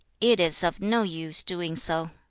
it is of no use doing so.